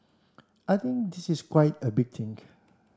I think this is quite a big think